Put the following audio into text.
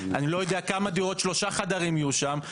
אני לא יודע כמה דירות שלושה חדרים יהיו שם,